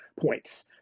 Points